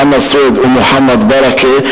חנא סוייד ומוחמד ברכה,